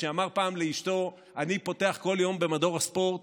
שאמר פעם לאשתו: אני פותח כל יום במדור הספורט